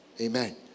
Amen